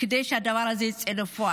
כדי שהדבר הזה יצא לפועל.